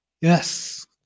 Yes